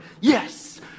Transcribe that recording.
Yes